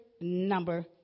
number